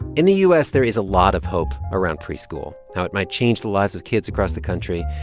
in the u s, there is a lot of hope around preschool, how it might change the lives of kids across the country.